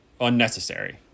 unnecessary